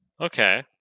okay